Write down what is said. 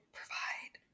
provide